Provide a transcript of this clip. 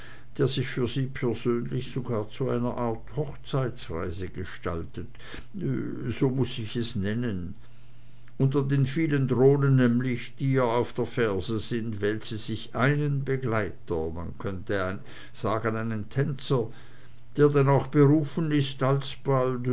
der sich für sie persönlich sogar zu einer art hochzeitsreise gestaltet so muß ich es nennen unter den vielen drohnen nämlich die ihr auf der ferse sind wählt sie sich einen begleiter man könnte sagen einen tänzer der denn auch berufen ist